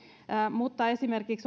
mutta esimerkiksi